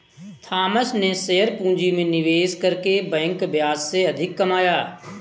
Thomas ने share पूंजी में निवेश करके बैंक ब्याज से अधिक कमाया